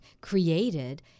created